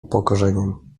upokorzeniem